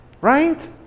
Right